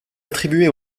attribuée